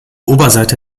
oberseite